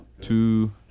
two